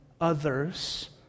others